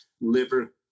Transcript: liver